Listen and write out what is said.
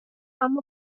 اما